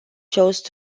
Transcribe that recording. chose